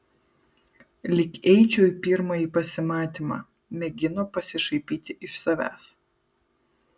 lyg eičiau į pirmąjį pasimatymą mėgino pasišaipyti iš savęs